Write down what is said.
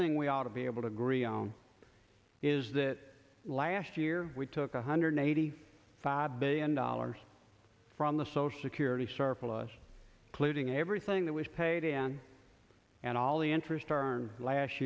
thing we ought to be able to agree on is that last year we took one hundred eighty five billion dollars from the social security surplus clearing everything that was paid in and all the interest arne last